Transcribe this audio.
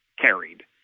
carried